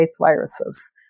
viruses